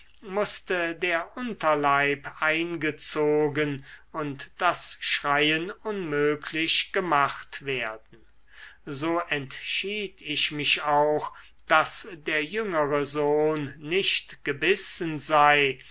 mußte der unterleib eingezogen und das schreien unmöglich gemacht werden so entschied ich mich auch daß der jüngere sohn nicht gebissen sei